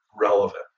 relevant